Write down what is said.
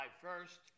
first